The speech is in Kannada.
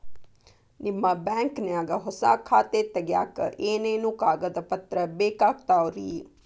ನಿಮ್ಮ ಬ್ಯಾಂಕ್ ನ್ಯಾಗ್ ಹೊಸಾ ಖಾತೆ ತಗ್ಯಾಕ್ ಏನೇನು ಕಾಗದ ಪತ್ರ ಬೇಕಾಗ್ತಾವ್ರಿ?